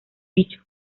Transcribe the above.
dicho